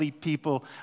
people